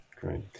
great